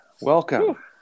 Welcome